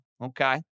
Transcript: Okay